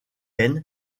end